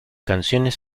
canciones